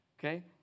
okay